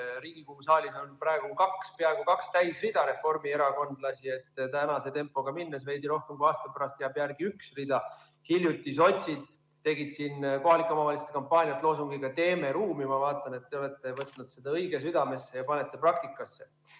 Riigikogu saalis on praegu peaaegu kaks täisrida reformierakondlasi. Tänase tempoga minnes veidi rohkem kui aasta pärast jääb järgi üks rida. Hiljuti sotsid tegid kohalike omavalitsuste kampaaniat loosungiga "Teeme ruumi!". Ma vaatan, et te olete võtnud seda õige südamesse ja panete selle praktikasse.